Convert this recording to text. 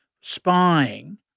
spying